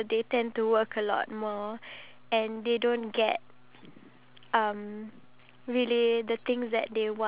due to technology everything is changing and the fact that with technology around it actually increases